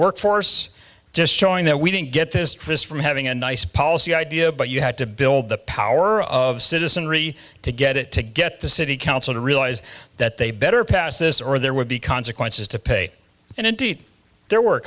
workforce just showing that we didn't get this from having a nice policy idea but you had to build the power of citizenry to get it to get the city council to realize that they better pass this or there would be consequences to pay and indeed there were